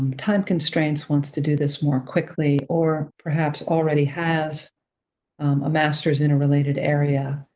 time constraints, wants to do this more quickly, or perhaps already has a master's in a related area,